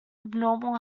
abnormal